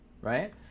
right